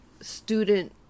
student